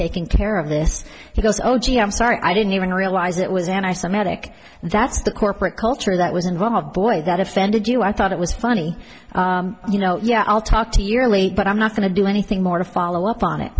taken care of this he goes oh gee i'm sorry i didn't even realize it was an isometric that's the corporate culture that was involved boy that offended you i thought it was funny you know yeah i'll talk to yearly but i'm not going to do anything more to follow up on it